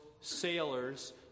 sailors